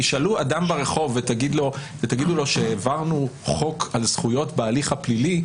תשאלו אדם ברחוב ותגידו לו שהעברנו חוק על זכויות בהליך הפלילי,